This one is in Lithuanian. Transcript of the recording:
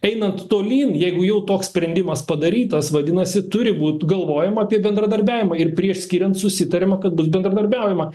einant tolyn jeigu jau toks sprendimas padarytas vadinasi turi būt galvojama apie bendradarbiavimą ir prieš skiriant susitariama kad bus bendradarbiaujama